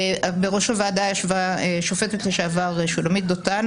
בראש הוועדה ישבה שופטת לשעבר, שולמית דותן.